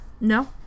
No